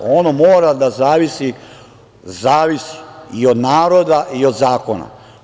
Ono mora da zavisi i od naroda i od zakona.